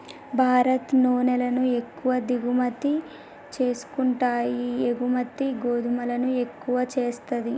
భారత్ నూనెలను ఎక్కువ దిగుమతి చేసుకుంటాయి ఎగుమతి గోధుమలను ఎక్కువ చేస్తది